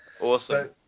awesome